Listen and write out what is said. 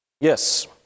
Yes